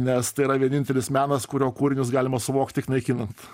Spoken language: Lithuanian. nes tai yra vienintelis menas kurio kūrinius galima suvokt tik naikinant